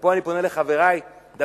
ופה אני פונה דווקא לחברי מהשמאל: